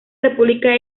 república